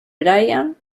bryan